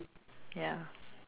ya